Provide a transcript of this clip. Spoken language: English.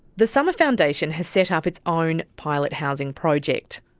the summer foundation has set up its own pilot housing project.